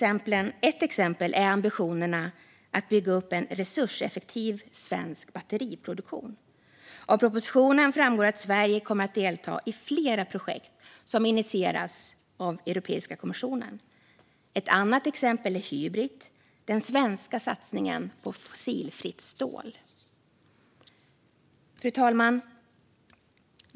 Ett exempel är ambitionerna att bygga upp en resurseffektiv svensk batteriproduktion. Av propositionen framgår att Sverige kommer att delta i flera projekt som initierats av Europeiska kommissionen. Ett annat exempel är Hybrit, den svenska satsningen på fossilfritt stål. Fru talman!